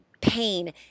pain